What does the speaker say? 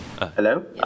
hello